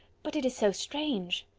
but it is so strange!